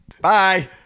bye